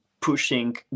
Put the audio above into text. pushing